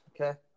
Okay